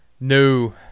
No